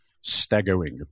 staggering